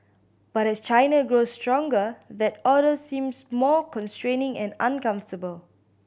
but as China grows stronger that order seems more constraining and uncomfortable